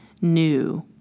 new